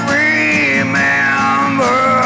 remember